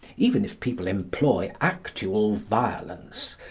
even if people employ actual violence,